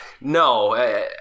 no